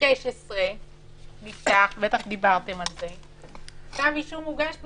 2016 נפתח, כתב אישום הוגש ב-2017.